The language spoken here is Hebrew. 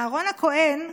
אהרן הכוהן,